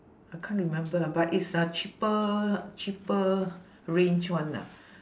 I can't remember ah but it's a cheaper cheaper range one ah